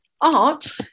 Art